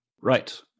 Right